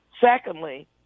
Secondly